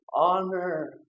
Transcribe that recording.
honor